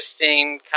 interesting